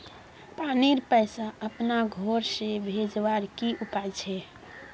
पानीर पैसा अपना घोर से भेजवार की उपाय छे?